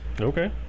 Okay